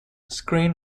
screen